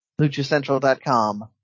LuchaCentral.com